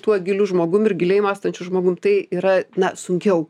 tuo giliu žmogum ir giliai mąstančiu žmogum tai yra na sunkiau